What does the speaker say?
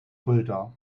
fulda